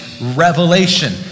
revelation